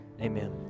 amen